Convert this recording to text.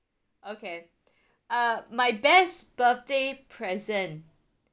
okay uh my best birthday present